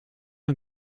een